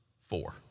four